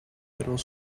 middle